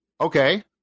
okay